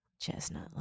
Chestnut